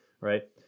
right